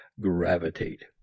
gravitate